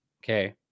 okay